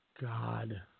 God